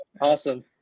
Awesome